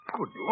Good